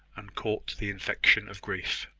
and caught the infection of grief.